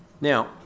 Now